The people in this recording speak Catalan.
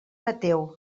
mateu